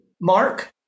mark